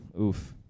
Oof